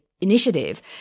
Initiative